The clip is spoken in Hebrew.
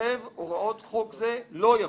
ייכתב "הוראות חוק זה לא יחולו".